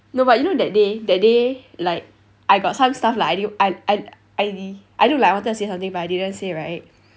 no but you know that day that day like I got some stuff like I didn't I I I I look like I wanted to say something but I didn't say right